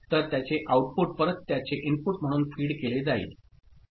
तर त्याचे आऊटपुट परत त्याचे इनपुट म्हणून फीड केले जाईल